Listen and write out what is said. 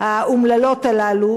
האומללות הללו.